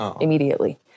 Immediately